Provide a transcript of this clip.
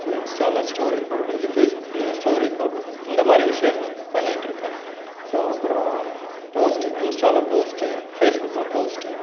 so இன்ஸ்டாவில் story போடுகிறது ஃபேஸ்புக்லையும் ஸ்டோரி போடுகிறது இந்தமாதிரி விசேஷம் பண்ணிகிட்டு இருக்கேன் ஸோ அப்புறம் போஸ்ட் இன்ஸ்டாவில் போஸ்ட்டு ஃபேஸ்புக்கில் போஸ்ட்டு